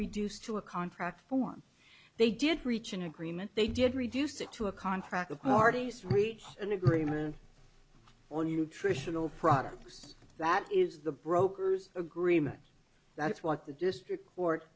reduced to a contract form they did reach an agreement they did reduce it to a contract of parties reach an agreement or nutritional products that is the broker's agreement that's what the district court